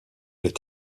est